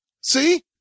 See